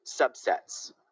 subsets